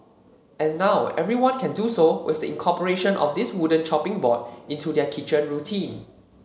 and now everyone can do so with the incorporation of this wooden chopping board into their kitchen routine